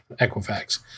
Equifax